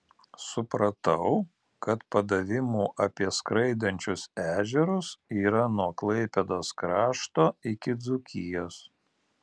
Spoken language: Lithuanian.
supratau kad padavimų apie skraidančius ežerus yra nuo klaipėdos krašto iki dzūkijos